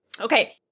Okay